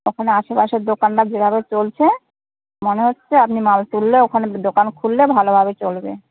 এখন আশেপাশের দোকানরা যেভাবে চলছে মনে হচ্ছে আপনি মাল তুললে ওখানে দোকান খুললে ভালোভাবে চলবে